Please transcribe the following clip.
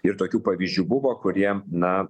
ir tokių pavyzdžių buvo kuriem na